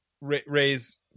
raise